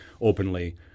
openly